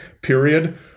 period